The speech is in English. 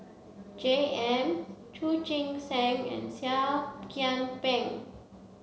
J M Chu Chee Seng and Seah Kian Peng